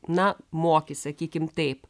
na moki sakykim taip